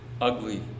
ugly